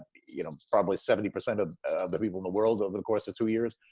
you know, probably seventy percent of the people in the world over the course of two years.